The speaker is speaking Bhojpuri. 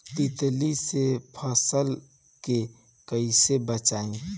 तितली से फसल के कइसे बचाई?